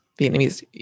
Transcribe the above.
Vietnamese